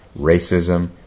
racism